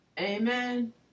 Amen